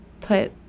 put